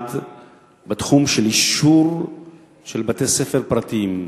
המשרד בתחום של אישור בתי-ספר פרטיים.